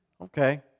Okay